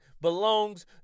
belongs